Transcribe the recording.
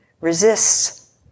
resists